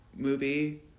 movie